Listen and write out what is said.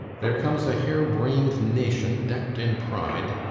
there comes a hare brained nation, decked in pride,